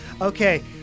Okay